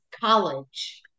college